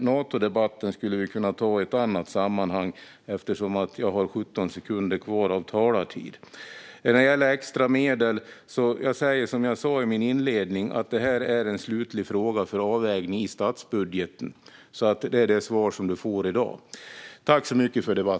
Natodebatten skulle vi kunna ta i ett annat sammanhang eftersom jag bara har 17 sekunder kvar av min talartid. När det gäller extra medel säger jag som jag sa i min inledning: Detta är en slutlig fråga för avvägning i statsbudgeten. Det är det svar ledamoten får i dag.